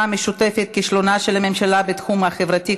המשותפת: כישלונה של הממשלה בתחום החברתי,